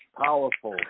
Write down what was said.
Powerful